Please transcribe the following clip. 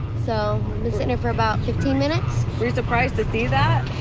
so for about fifteen minutes. were you surprised to see that?